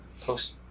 Post